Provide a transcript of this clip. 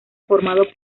formado